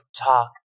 talk